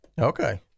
okay